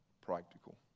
Practical